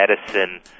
medicine